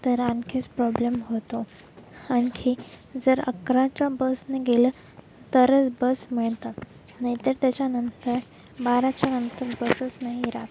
तर आणखीच प्रॉब्लेम होतो आणखी जर अकराच्या बसने गेलं तरच बस मिळतात नाही तर त्याच्यानंतर बाराच्यानंतर बसच नाही राहात